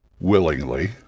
willingly